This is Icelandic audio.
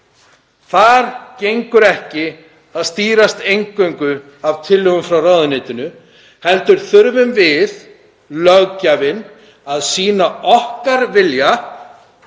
Þar gengur ekki að stýrast eingöngu af tillögum frá ráðuneytinu heldur þurfum við, löggjafinn, að sýna okkar vilja,